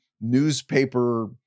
newspaper